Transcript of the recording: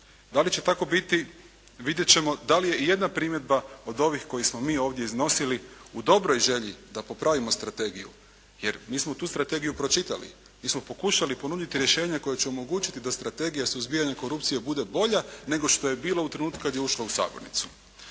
Da li će tako biti vidjeti ćemo da li je i jedna primjedba od ovih koje smo mi ovdje iznosili u dobroj želji da popravimo strategiju, jer mi smo tu strategiju pročitali, mi smo pokušali ponuditi rješenje koje će omogućiti da strategija suzbijanja korupcije bude bolja nego što je bila u trenutku kada je ušla u sabornicu.